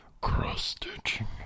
cross-stitching